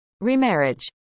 Remarriage